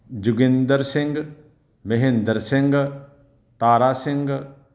Joginder Singh Mahinder Singh Tara Singh